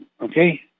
Okay